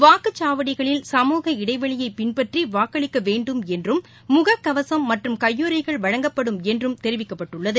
வாக்குச்சாவடிகளில் சமூக இடைவெளியைபின்பற்றிவாக்களிக்கவேண்டும் என்றும் முகக்கவசம் மற்றும் கையுறைகள் வழங்கப்படும் என்றும் தெரிவிக்கப்பட்டுள்ளது